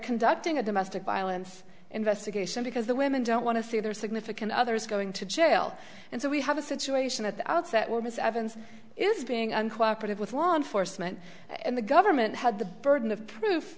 conducting a domestic violence investigation because the women don't want to see their significant others going to jail and so we have a situation at the outset well miss evans is being uncooperative with law enforcement and the government had the burden of proof